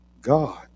God